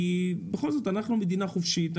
כי בכל זאת אנחנו מדינה חופשית.